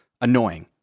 annoying